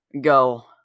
go